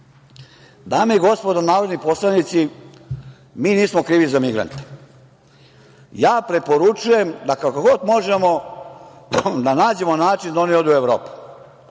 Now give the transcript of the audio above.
i gospodo narodni poslanici, mi nismo krivi za migrante. Ja preporučujem da, kako god možemo, nađemo način da oni odu u Evropu.